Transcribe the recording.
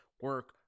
Work